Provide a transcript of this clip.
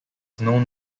known